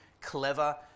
clever